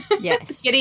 Yes